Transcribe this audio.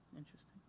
interesting.